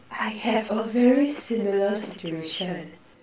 I have a very similar situation